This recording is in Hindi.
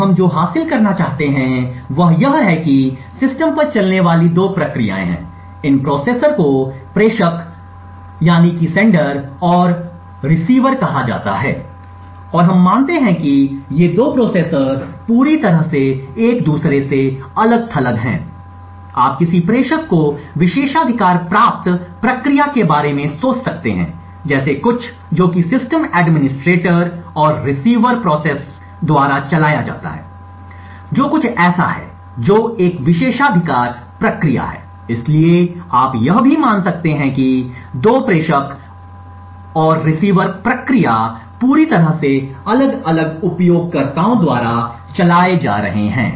तो हम जो हासिल करना चाहते हैं वह यह है कि सिस्टम पर चलने वाली 2 प्रक्रियाएं हैं इन प्रोसेसर को प्रेषक और रिसीवर कहा जाता है और हम मानते हैं कि ये 2 प्रोसेसर पूरी तरह से एक दूसरे से अलग थलग हैं आप किसी प्रेषक को विशेषाधिकार प्राप्त प्रक्रिया के बारे में सोच सकते हैं जैसे कुछ जो कि सिस्टम एडमिनिस्ट्रेटर और रिसीवर प्रोसेस द्वारा चलाया जाता है जो कुछ ऐसा है जो एक विशेषाधिकार प्रक्रिया है इसलिए आप यह भी मान सकते हैं कि ये 2 प्रेषक और रिसीवर प्रक्रिया पूरी तरह से अलग अलग उपयोगकर्ताओं द्वारा चलाए जा रहे हैं